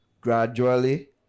gradually